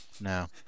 No